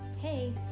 Hey